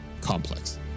complex